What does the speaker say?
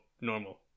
normal